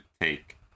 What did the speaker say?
take